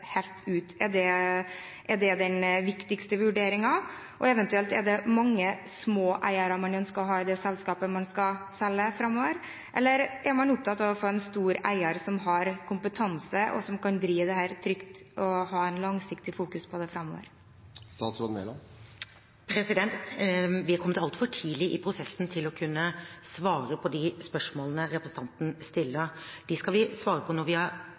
helt ut? Er det den viktigste vurderingen? Og, eventuelt, er det mange små eiere man ønsker å ha i det selskapet man skal selge framover, eller er man opptatt av å få en stor eier, som har kompetanse, og som kan drive dette trygt og ha et langsiktig fokus? Vi er kommet altfor kort i prosessen til å kunne svare på de spørsmålene representanten stiller. Dem skal vi svare på når vi har